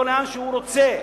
לא לאן שהוא רוצה.